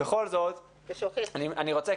בכל זאת, אני כן רוצה